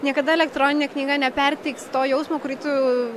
niekada elektroninė knyga neperteiks to jausmo kurį tu